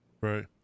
Right